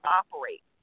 operate